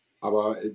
aber